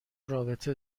رابطه